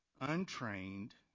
untrained